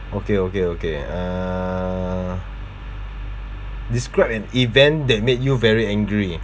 okay okay okay uh describe an event that made you very angry